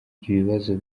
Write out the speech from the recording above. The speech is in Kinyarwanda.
ibibazo